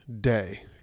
day